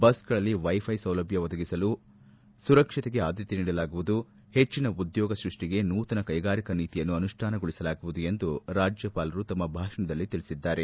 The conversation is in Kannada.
ಬಸ್ಗಳಲ್ಲಿ ವೈಪೈ ಸೌಲಭ್ಯ ಒದಗಿಸುವ ಮೂಲಕ ಸುರಕ್ಷತೆಗೆ ಆದ್ಗತೆ ನೀಡಲಾಗುವುದು ಹೆಚ್ಚಿನ ಉದ್ಯೋಗ ಸೃಷ್ಟಿಗೆ ನೂತನ ಕೈಗಾರಿಕಾ ನೀತಿಯನ್ನು ಅನುಷ್ಟಾನಗೊಳಿಸಲಾಗುವುದು ಎಂದು ರಾಜ್ಯಪಾಲರು ಭಾಷಣದಲ್ಲಿ ತಿಳಿಸಿದ್ದಾರೆ